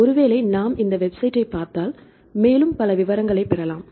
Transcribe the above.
ஒருவேளை நாம் இந்த வெப்சைட்ப் பார்த்தால் மேலும் பல விவரங்களைப் பெறலாம்